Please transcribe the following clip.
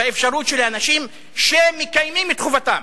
באפשרות של אנשים שמקיימים את חובתם.